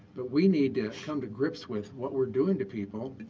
but we need to come to grips with what we're doing to people,